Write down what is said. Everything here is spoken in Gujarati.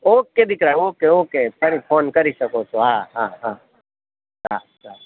ઓકે દીકરા ઓકે ઓકે ફરી ફોન કરી શકો છો હા હા હા સારું